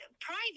private